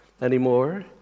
anymore